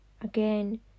Again